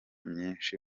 myinshi